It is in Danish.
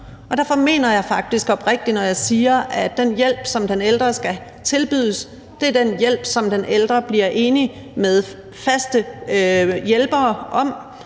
Derfor mener jeg det faktisk oprigtigt, når jeg siger, at den hjælp, som den ældre skal tilbydes, er den hjælp, som den ældre bliver enig med en fast hjælper om,